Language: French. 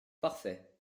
parfait